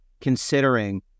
considering